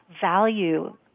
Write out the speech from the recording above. value